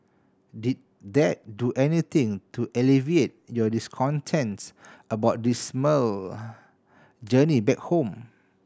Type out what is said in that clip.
did that do anything to alleviate your discontents about dismal journey back home